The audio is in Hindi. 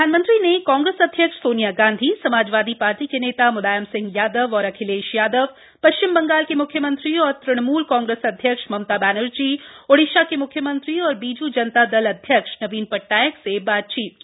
प्रधानमंत्री ने कांग्रेस अध्यक्ष सोनिया गांधी समाजवादी पार्टी के नेता मुलायम सिंह यादव और अखिलेश यादव पश्चिम बंगाल की म्ख्यमंत्री और तृणमूल कांग्रेस अध्यक्ष ममता बनर्जी ओडिशा के मुख्यमंत्री और बीज् जनता दल अध्यक्ष नवीन पटनायक से बातचीत की